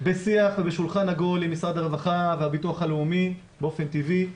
בשיח ובשולחן עגול עם משרד הרווחה והביטוח הלאומי באופן טבעי.